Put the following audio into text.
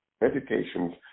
meditations